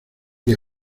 que